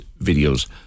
videos